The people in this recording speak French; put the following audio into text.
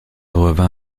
revint